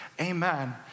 amen